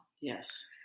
Yes